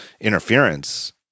interference